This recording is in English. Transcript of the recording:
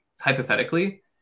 hypothetically